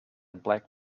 black